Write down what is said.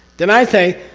then i say,